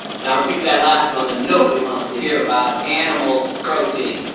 and i'll repeat that last one, that nobody wants to hear about animal protein.